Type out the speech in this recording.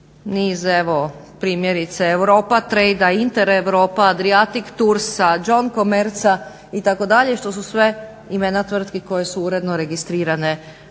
niz, evo primjerice Europatrade, Intereuropa, Adriatic-tours, John Commerce itd., što su sve imena tvrtki koje su uredno registrirane